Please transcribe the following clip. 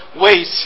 wait